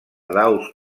daus